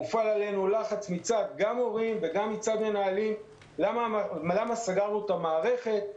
הופעל עלינו לחץ גם מצד הורים וגם מצד מנהלים למה סגרנו את המערכת,